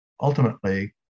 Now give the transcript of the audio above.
ultimately